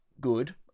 good